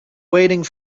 waiting